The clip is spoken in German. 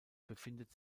befindet